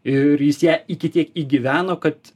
ir jis ją iki tiek įgyveno kad